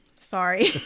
sorry